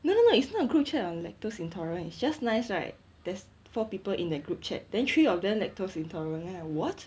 no no no it's not a group chat on lactose intolerant is just nice right there's four people in the group chat then three of them lactose intolerant then like [what]